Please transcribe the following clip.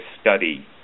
study